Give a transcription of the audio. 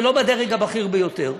ולא בדרג הבכיר ביותר.